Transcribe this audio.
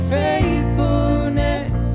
faithfulness